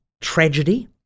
tragedy